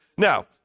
Now